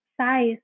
size